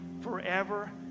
forever